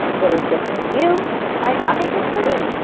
what is good for you might not be good for me,